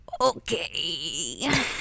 Okay